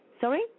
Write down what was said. Sorry